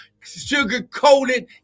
Sugar-coated